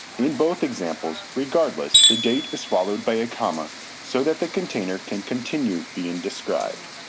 in both examples, regardless, the date is followed by a comma so that the container can continue being described.